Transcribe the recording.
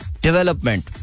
development